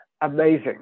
amazing